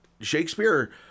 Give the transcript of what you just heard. Shakespeare